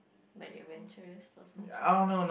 like adventurous or something